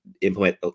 implement